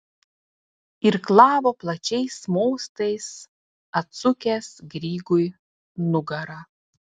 irklavo plačiais mostais atsukęs grygui nugarą